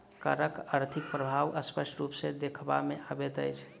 करक आर्थिक प्रभाव स्पष्ट रूप सॅ देखबा मे अबैत अछि